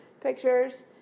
pictures